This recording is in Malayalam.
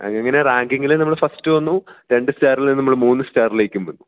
അങ്ങനെ റാങ്കിങ്ങില് നമ്മള് ഫസ്റ്റ് വന്നു രണ്ട് സ്റ്റാറിൽ നിന്നും നമ്മൾ മൂന്ന് സ്റ്റാറിലേക്കും വന്നു